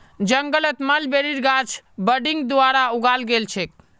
जंगलत मलबेरीर गाछ बडिंग द्वारा उगाल गेल छेक